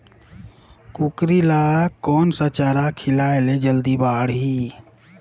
कूकरी ल कोन सा चारा खिलाय ल जल्दी बाड़ही?